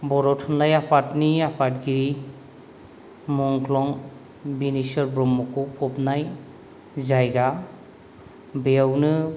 बर' थुनलाइ आफादनि आफादगिरि मुख्लं बिनेस्वर ब्रह्मखौ फबनाय जायगा बेयावनो